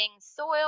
soil